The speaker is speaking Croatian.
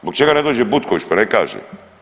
Zbog čega ne dođe Butković pa ne kaže?